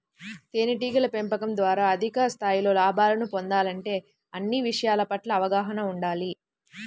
తేనెటీగల పెంపకం ద్వారా అధిక స్థాయిలో లాభాలను పొందాలంటే అన్ని విషయాల పట్ల అవగాహన ఉండాలి